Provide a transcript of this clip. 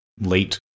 late